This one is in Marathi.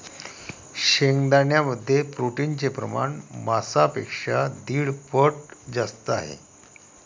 शेंगदाण्यांमध्ये प्रोटीनचे प्रमाण मांसापेक्षा दीड पट जास्त आहे